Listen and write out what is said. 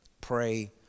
Pray